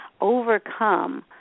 overcome